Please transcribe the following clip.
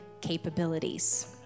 capabilities